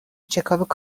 چکاپ